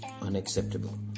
unacceptable